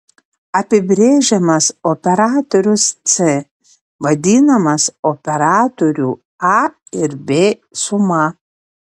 apibrėžiamas operatorius c vadinamas operatorių a ir b suma